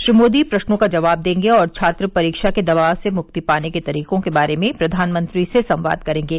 श्री मोदी प्रश्नों का जवाब देंगे और छात्र परीक्षा के दबाव से मुक्ति पाने के तरीकों के बारे में प्रधानमंत्री से संवाद करेंगे